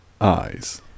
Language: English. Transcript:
eyes